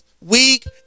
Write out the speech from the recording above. weak